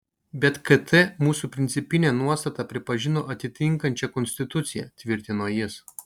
bet kt mūsų principinę nuostatą pripažino atitinkančia konstituciją tvirtino jis